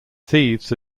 thieves